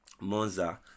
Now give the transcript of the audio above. Monza